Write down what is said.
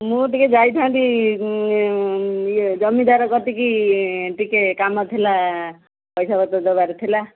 ମୁଁ ଟିକେ ଯାଇଥାନ୍ତି ଇଏ ଜମିଦାର କତିକି ଟିକେ କାମ ଥିଲା ପଇସା ପତ୍ର ଦେବାର ଥିଲା